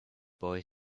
boy